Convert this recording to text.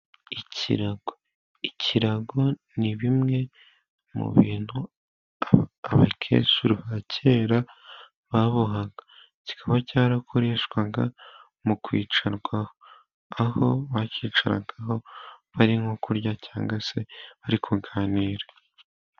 Ikirago, ikirago ni bimwe mu bintu abakecuru ba kera babohaga, kikaba cyarakoreshwaga mu kwicarwa, aho bakiyicaragaho bari nko kurya cyangwa se bari kuganira.